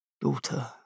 daughter